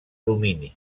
domini